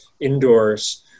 indoors